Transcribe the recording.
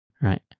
right